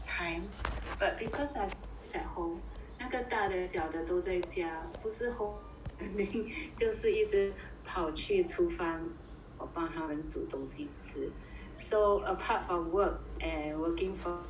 but because I have kids at home 那个大的小的都在家不是 home based learning 就是一直跑去厨房间我帮他们煮东西吃 so apart from work and working from home